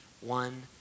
One